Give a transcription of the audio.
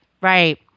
right